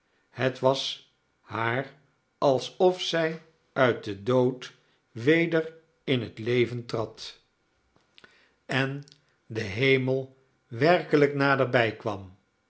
het was haar alsof zij uit den dood weder in het leven trad en den hemel werkelijk naderbij kwam